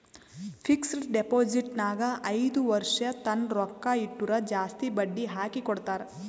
fixed deposit ನಾಗ್ ಐಯ್ದ ವರ್ಷ ತನ್ನ ರೊಕ್ಕಾ ಇಟ್ಟುರ್ ಜಾಸ್ತಿ ಬಡ್ಡಿ ಹಾಕಿ ಕೊಡ್ತಾರ್